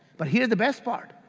but here's the best part,